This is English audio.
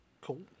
Cool